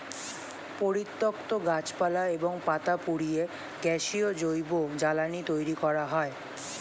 পরিত্যক্ত গাছপালা এবং পাতা পুড়িয়ে গ্যাসীয় জৈব জ্বালানি তৈরি করা হয়